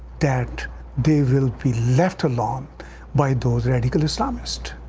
that they will be left alone by those radical islamists.